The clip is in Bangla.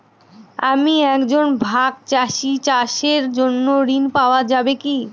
আমি একজন ভাগ চাষি চাষের জন্য ঋণ পাওয়া যাবে কি?